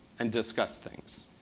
and discuss things.